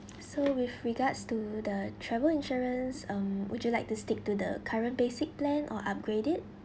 so with regards to the travel insurance um would you like to stick to the current basic plan or upgrade it